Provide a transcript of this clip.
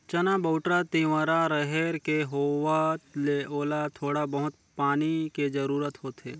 चना, बउटरा, तिंवरा, रहेर के होवत ले ओला थोड़ा बहुत पानी के जरूरत होथे